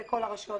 לכל הרשויות ביחד.